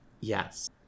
Yes